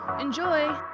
Enjoy